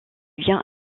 vient